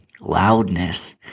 loudness